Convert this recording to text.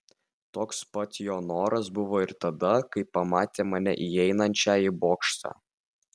toks pat jo noras buvo ir tada kai pamatė mane įeinančią į bokštą